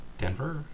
Denver